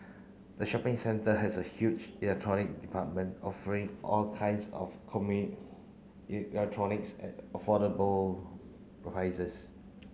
the shopping centre has a huge electronic department offering all kinds of electronics at affordable prices